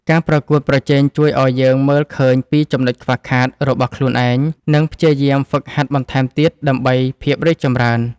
ការប្រកួតប្រជែងជួយឱ្យយើងមើលឃើញពីចំណុចខ្វះខាតរបស់ខ្លួនឯង និងព្យាយាមហ្វឹកហាត់បន្ថែមទៀតដើម្បីភាពរីកចម្រើន។